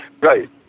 Right